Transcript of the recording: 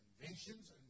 inventions